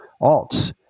alts